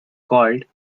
called